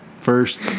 First